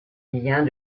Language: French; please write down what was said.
lien